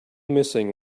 missing